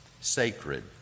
sacred